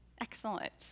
excellent